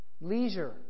Leisure